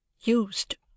used